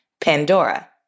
Pandora